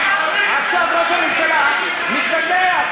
עכשיו ראש הממשלה מתווכח,